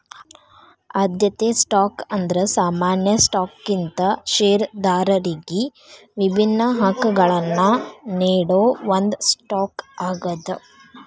ಆದ್ಯತೆ ಸ್ಟಾಕ್ ಅಂದ್ರ ಸಾಮಾನ್ಯ ಸ್ಟಾಕ್ಗಿಂತ ಷೇರದಾರರಿಗಿ ವಿಭಿನ್ನ ಹಕ್ಕಗಳನ್ನ ನೇಡೋ ಒಂದ್ ಸ್ಟಾಕ್ ಆಗ್ಯಾದ